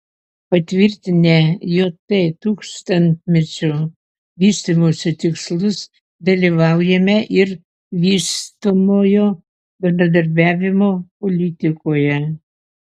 patvirtinę jt tūkstantmečio vystymosi tikslus dalyvaujame ir vystomojo bendradarbiavimo politikoje